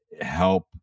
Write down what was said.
help